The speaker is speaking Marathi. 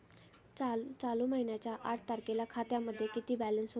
चालू महिन्याच्या आठ तारखेला खात्यामध्ये किती बॅलन्स होता?